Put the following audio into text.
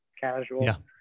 casual